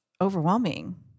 overwhelming